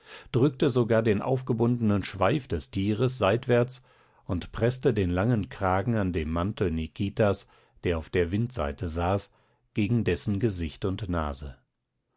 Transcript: drückte sogar den aufgebundenen schweif des tieres seitwärts und preßte den langen kragen an dem mantel nikitas der auf der windseite saß gegen dessen gesicht und nase